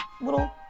little